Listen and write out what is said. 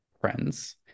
friends